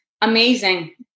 Amazing